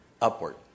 upward